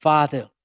Father